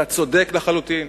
אתה צודק לחלוטין,